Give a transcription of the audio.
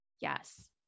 Yes